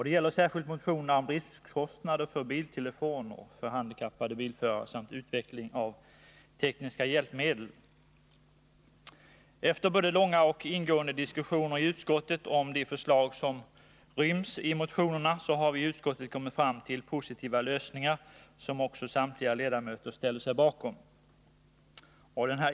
Detta gäller särskilt motionerna om driftkostnaderna för biltelefon för handikappade bilförare samt utveckling av tekniska hjälpmedel. Efter både långa och ingående diskussioner i utskottet om de förslag som ryms i motionerna har vi i utskottet kommit fram till positiva lösningar, som också samtliga ledamöter ställer sig bakom.